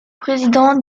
président